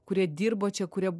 kurie dirbo čia kurie